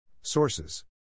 Sources